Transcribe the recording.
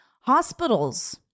Hospitals